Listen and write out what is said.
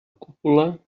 cúpula